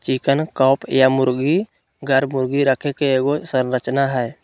chicken coop या मुर्गी घर, मुर्गी रखे के एगो संरचना हइ